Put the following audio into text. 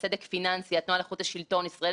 ומשפיעים בסופו של דבר על כולנו על יוקר